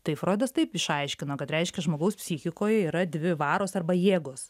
tai froidas taip išaiškino kad reiškia žmogaus psichikoje yra dvi varos arba jėgos